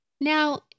Now